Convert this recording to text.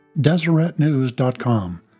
deseretnews.com